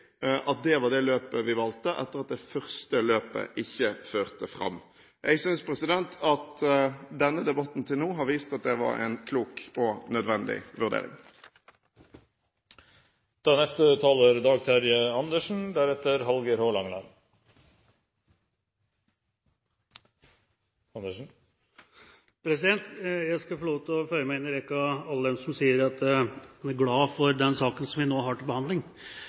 at det var det løpet vi valgte – etter at det første løpet ikke førte fram. Jeg synes at denne debatten til nå har vist at det var en klok og nødvendig vurdering. Jeg skal få lov til å føye meg inn i rekken av alle som sier at de er glad for den saken vi nå har til behandling.